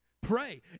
Pray